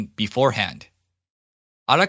beforehand